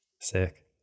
Sick